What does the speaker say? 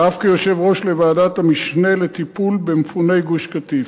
ואף כיושב-ראש ועדת המשנה לטיפול במפוני גוש-קטיף.